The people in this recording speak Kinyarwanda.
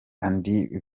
andy